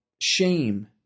shame